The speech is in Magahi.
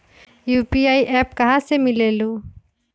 यू.पी.आई एप्प कहा से मिलेलु?